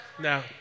No